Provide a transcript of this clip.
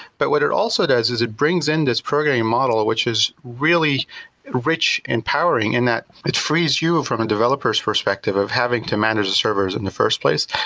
but what it also does is it brings in this programming model, which is really rich empowering in that it frees you from a developer s perspective of having to manage the servers in the first place.